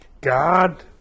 God